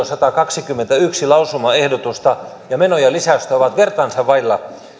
satakaksikymmentäyksi lausumaehdotusta ja menojen lisäystä ovat vertaansa vailla